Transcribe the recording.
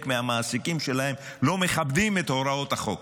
מהמעסיקים שלהם לא מכבדים את הוראות החוק.